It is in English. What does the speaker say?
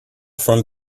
from